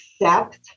accept